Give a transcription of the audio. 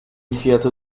fiyatı